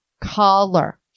color